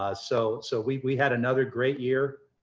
ah so so we we had another great year.